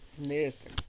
listen